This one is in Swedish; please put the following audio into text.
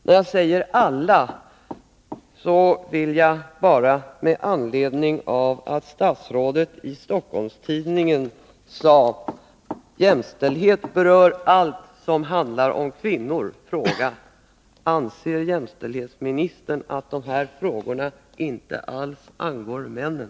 När jag nu säger alla vill jag bara fråga, med anledning av att statsrådet i Stockholms Tidningen sade att jämställdhetsarbetet berör allt som handlar om kvinnor: Anser jämställdhetsministern att de här frågorna inte alls angår männen?